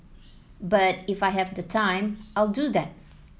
but if I have the time I'll do that